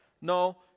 No